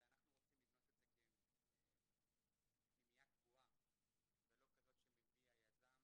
אנחנו הרי רוצים לבנות את זה כפנימייה קבועה ולא כזאת שמביא היזם